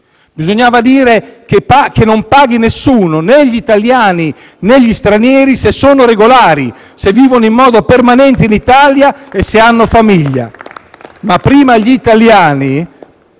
Bisognava dire: «che non paghi nessuno, né gli italiani, né gli stranieri se sono regolari e vivono in modo permanente in Italia e hanno famiglia». *(Applausi dal